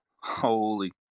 Holy